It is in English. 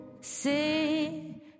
Sing